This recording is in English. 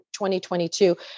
2022